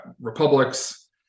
republics